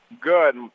Good